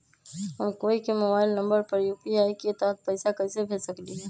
हम कोई के मोबाइल नंबर पर यू.पी.आई के तहत पईसा कईसे भेज सकली ह?